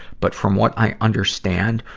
but from what i understand,